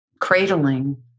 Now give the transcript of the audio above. cradling